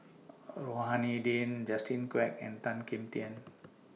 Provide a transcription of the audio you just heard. Rohani Din Justin Quek and Tan Kim Tian